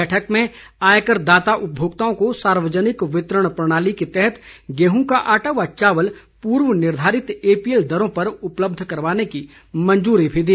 बैठक में आयकर दाता उपभोक्ताओं को सार्वजनिक वितरण प्रणाली के तहत गेहूं का आटा व चावल पूर्व निर्धारित एपीएल दरों पर उपलब्ध करवाने की मंजूरी दी